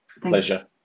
pleasure